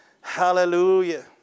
Hallelujah